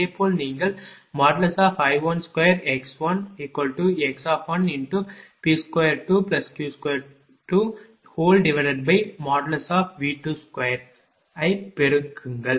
இதேபோல் நீங்கள் I12x1x×P22Q2V22 ஐ பெருக்குங்கள்